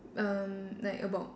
erm like about